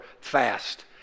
fast